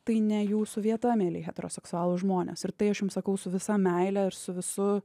tai ne jūsų vieta mieli heteroseksualūs žmonės ir tai aš jum sakau su visa meile ir su visu